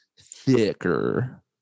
thicker